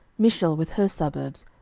mishal with her suburbs,